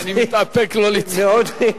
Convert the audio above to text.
אני מתאפק לא לצחוק.